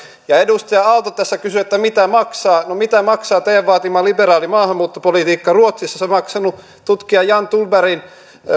edustaja aalto tässä kysyi että mitä maksaa no mitä maksaa teidän vaatimanne liberaali maahanmuuttopolitiikka ruotsissa se on maksanut tutkija jan tullbergin